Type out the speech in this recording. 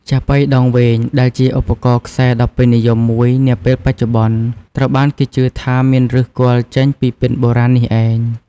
ចាប៉ីដងវែង ដែលជាឧបករណ៍ខ្សែដ៏ពេញនិយមមួយនាពេលបច្ចុប្បន្ន ត្រូវបានគេជឿថាមានឫសគល់ចេញពីពិណបុរាណនេះឯង។